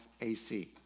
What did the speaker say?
AC